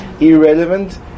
irrelevant